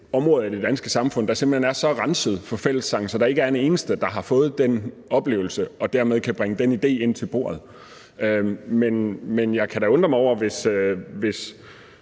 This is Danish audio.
områder i det danske samfund, der simpelt hen er så renset for fællessang, at der ikke er en eneste, der har fået den oplevelse og dermed kan bringe den idé ind til bordet. Men hvis ordføreren for